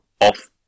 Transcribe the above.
off